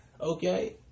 Okay